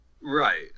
Right